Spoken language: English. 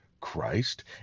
Christ